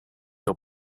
your